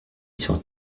sur